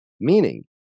Meaning